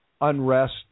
unrest